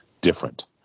different